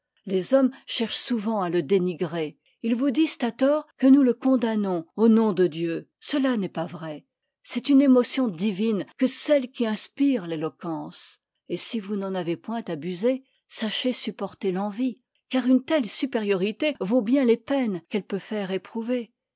les hommes chercchent souvent à le dénigrer ils vous disent à tort que nous le condamnons au nom de dieu cela n'est pas vrai c'est une émotion divine que celle qui inspire l'éloquence et si vous n'en avez point abusé sachez supporter l'envie car une telle supériorité vaut bien les peines qu'elle peut faire éprouver